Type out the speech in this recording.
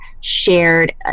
shared